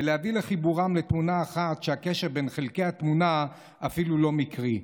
ולהביא לחיבורם לתמונה אחת שהקשר בין חלקי התמונה אפילו לא מקרי,